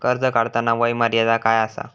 कर्ज काढताना वय मर्यादा काय आसा?